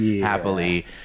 happily